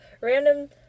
random